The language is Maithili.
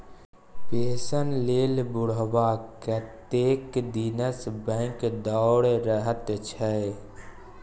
पेंशन लेल बुढ़बा कतेक दिनसँ बैंक दौर रहल छै